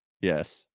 yes